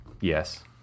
Yes